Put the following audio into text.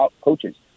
coaches